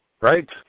Right